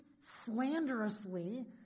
slanderously